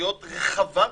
סמכויות רחבה ביותר.